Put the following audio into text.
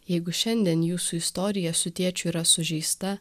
jeigu šiandien jūsų istorija su tėčiu yra sužeista